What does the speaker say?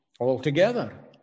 altogether